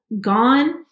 gone